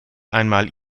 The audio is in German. einmal